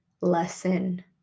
lesson